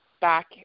back